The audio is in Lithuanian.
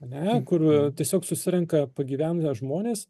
ne kur tiesiog susirenka pagyvenę žmonės